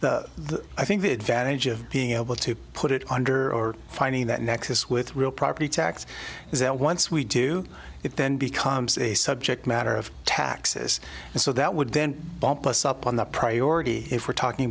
holcombe i think the advantage of being able to put it under or finding that nexus with real property tax is that once we do it then becomes a subject matter of taxes and so that would then bump us up on the priority if we're talking